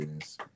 yes